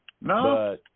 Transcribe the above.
No